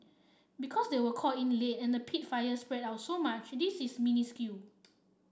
because they were called in late and the peat fire spread out so much this is minuscule